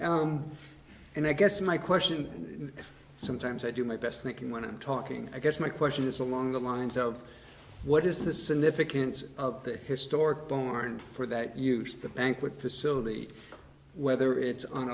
happening and i guess my question sometimes i do my best thinking when i'm talking i guess my question is along the lines of what is the significance of the historic barns for that use the banquet facility whether it's on